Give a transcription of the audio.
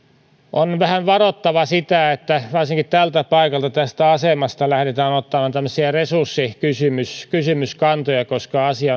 on vähän varottava sitä että varsinkin tältä paikalta tästä asemasta lähdetään ottamaan tämmöisiä resurssikysymyskantoja koska asia